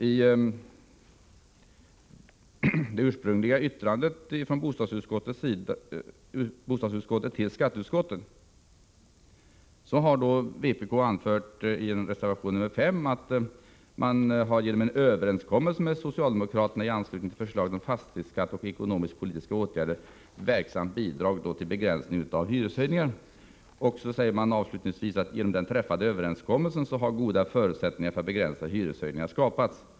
I det ursprungliga yttrandet från bostadsutskottet till skatteutskottet har vpk genom en avvikande mening anfört att man genom överenskommelse med socialdemokraterna i anslutning till förslaget om fastighetsskatt och ekonomisk-politiska åtgärder verksamt bidragit till en begränsning av hyreshöjningarna. Avslutningsvis säger man: ”Genom den träffade överenskommelsen har goda förutsättningar för att begränsa hyreshöjningarna skapats.